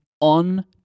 on